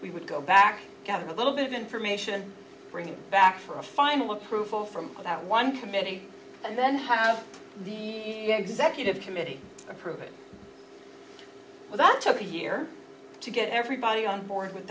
we would go back to have a little bit of information bring it back for a final approval from that one committee and then have the executive committee approve it so that took a year to get everybody on board with